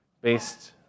based